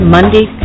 Monday